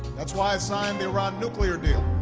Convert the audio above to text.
that's why i signed the iran nuclear deal.